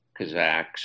Kazakhs